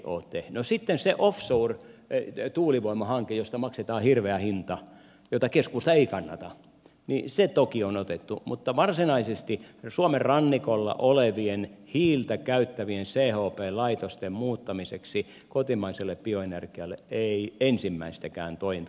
no sitten se offshore tuulivoimahanke josta maksetaan hirveä hinta jota keskusta ei kannata toki on otettu mutta varsinaisesti suomen rannikolla olevien hiiltä käyttävien chp laitosten muuttamiseksi kotimaiselle bioenergialle ei ensimmäistäkään tointa